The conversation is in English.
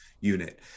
unit